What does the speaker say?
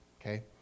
Okay